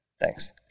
Thanks